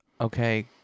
Okay